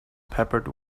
peppered